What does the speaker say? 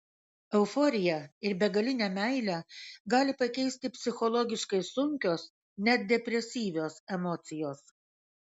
euforiją ir begalinę meilę gali pakeisti psichologiškai sunkios net depresyvios emocijos